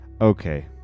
Okay